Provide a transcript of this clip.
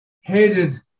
hated